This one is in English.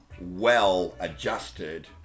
well-adjusted